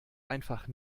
einfach